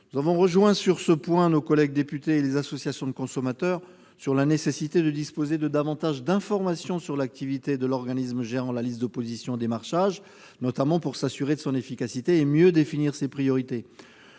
Nous avons rejoint nos collègues députés ainsi que les associations de consommateurs sur la nécessité de disposer de davantage d'informations sur l'activité de l'organisme gérant la liste d'opposition au démarchage téléphonique, notamment pour s'assurer de son efficacité et pour mieux définir ses priorités.